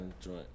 joint